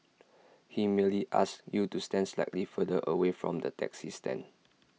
he merely asked you to stand slightly further away from the taxi stand